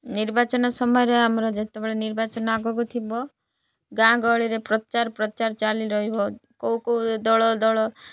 ନିର୍ବାଚନ ସମୟରେ ଆମର ଯେତେବେଳେ ନିର୍ବାଚନ ଆଗକୁ ଥିବ ଗାଁ ଗହଳିରେ ପ୍ରଚାର ପ୍ରଚାର ଚାଲି ରହିବ କେଉଁ କେଉଁ ଦଳ ଦଳ